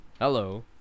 Hello